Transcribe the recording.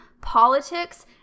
politics